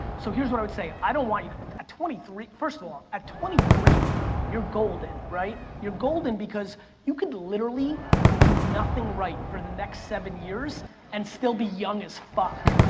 so here's what i would say. i don't want you, at twenty three? first of all, at twenty three you're golden, right? you're golden because you could literally do nothing right for the next seven years and still be young as fuck.